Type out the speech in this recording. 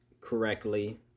correctly